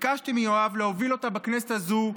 ביקשתי מיואב להוביל אותה בכנסת הזו,